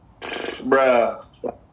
Bruh